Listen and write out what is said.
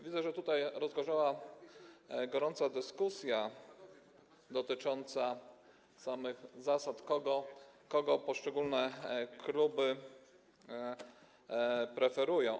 Widzę, że tutaj rozgorzała gorąca dyskusja dotycząca zasad, tego, kogo poszczególne kluby preferują.